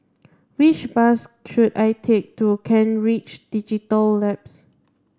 which bus should I take to Kent Ridge Digital Labs